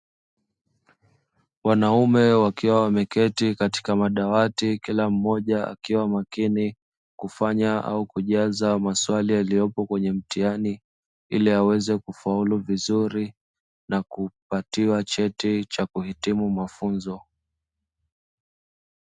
Wanaume wakiwa wameketi katika madawati kila mmoja akiwa makini kufanya au kujaza maswali yaliyopo kwenye mtihani, ili aweze kufaulu vizuri na kupatiwa cheti cha kuhitimu mafunzo.